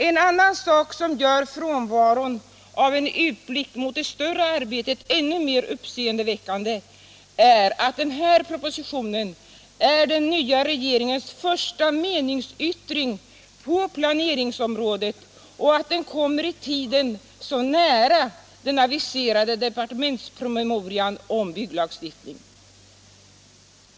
En annan sak som gör frånvaron av en utblick mot det större arbetet ännu mer uppseendeväckande är att den här propositionen är den nya regeringens första meningsyttring på planeringsområdet och att den i tiden kommer mycket nära den aviserade departementspromemorian om bygglagstiftningen.